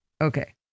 okay